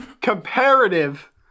Comparative